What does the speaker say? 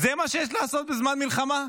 זה מה שיש לעשות בזמן מלחמה,